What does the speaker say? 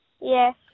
Yes